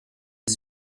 dix